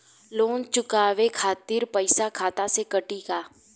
Loan चुकावे खातिर पईसा खाता से कटी का?